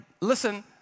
listen